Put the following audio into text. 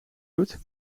doet